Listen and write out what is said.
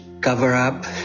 cover-up